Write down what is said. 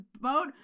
boat